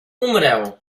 umrę